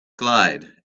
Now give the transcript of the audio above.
clyde